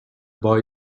boy